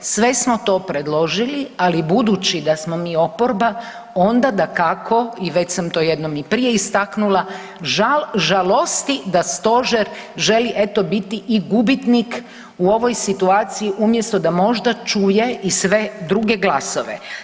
Sve smo to predložili, ali budući da smo mi oporba, onda dakako i već samo to jednom i prije istaknula žalosti da Stožer želi eto biti i gubitnik u ovoj situaciji umjesto da možda čuje i sve druge glasove.